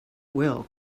will